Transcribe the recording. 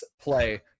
play